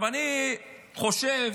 אני חושב